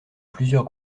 plusieurs